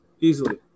Easily